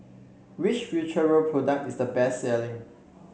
which Futuro product is the best selling